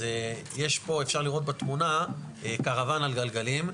אז אפשר לראות בתמונה קרוואן על גלגלים,